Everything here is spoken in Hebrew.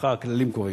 ככה הכללים קובעים.